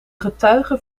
getuige